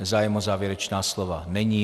Zájem o závěrečná slova není.